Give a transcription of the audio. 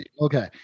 okay